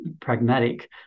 pragmatic